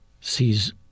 sees